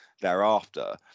thereafter